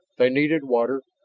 they needed water,